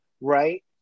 right